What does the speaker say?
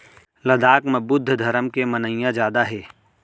लद्दाख म बुद्ध धरम के मनइया जादा हे